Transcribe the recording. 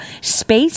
space